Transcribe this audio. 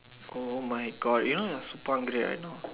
oh my God you know I am super hungry right now